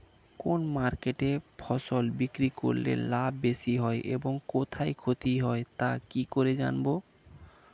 কোন মার্কেটে ফসল বিক্রি করলে লাভ বেশি হয় ও কোথায় ক্ষতি হয় তা কি করে জানবো?